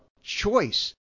choice